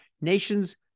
nations